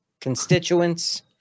constituents